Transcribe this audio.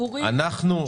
סבורים --- אנחנו,